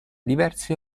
diverse